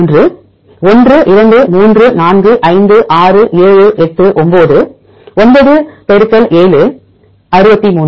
63 1 2 3 4 5 6 7 8 9 9 7 63